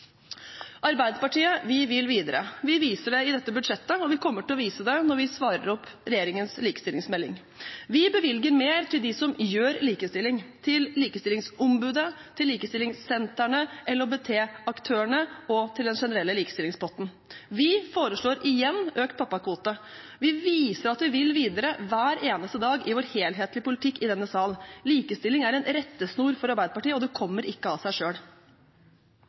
Arbeiderpartiet vil videre. Vi viser det i dette budsjettet, og vi kommer til å vise det når vi svarer på regjeringens likestillingsmelding. Vi bevilger mer til dem som gjør likestilling – til likestillingsombudet, til likestillingssentrene, LHBT-aktørene og til den generelle likestillingspotten. Vi foreslår igjen økt pappakvote. Vi viser at vi vil videre hver eneste dag i vår helhetlige politikk i denne sal. Likestilling er en rettesnor for Arbeiderpartiet, og det kommer ikke av seg